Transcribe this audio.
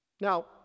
Now